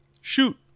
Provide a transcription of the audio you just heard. shoot